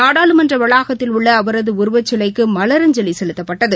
நாடாளுமன்ற வளாகத்தில் உள்ள அவரது உருவச்சிலைக்கு மலரஞ்சலி செலுத்தப்பட்டது